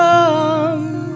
Come